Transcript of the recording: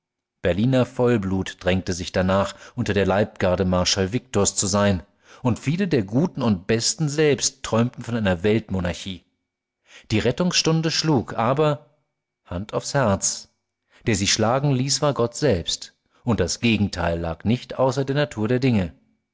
berliner vollblut drängte sich danach unter der leibgarde marschall victors zu sein und viele der guten und besten selbst träumten von einer weltmonarchie die rettungsstunde schlug aber hand aufs herz der sie schlagen ließ war gott selbst und das gegenteil lag nicht außer der natur der dinge